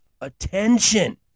attention